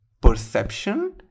perception